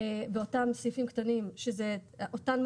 בוודאי על --- הפוך,